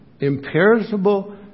Imperishable